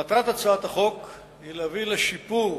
מטרת הצעת החוק היא להביא לשיפור